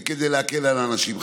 כדי להקל על האנשים.